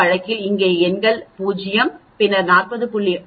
இந்த வழக்கில் இங்கே எண் 0 பின்னர் 40